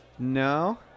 No